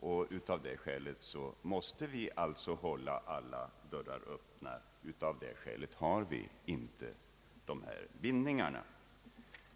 Just av det skälet måste vi hålla alla dörrar öppna. Av det skälet har vi inte några bindningar.